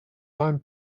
nine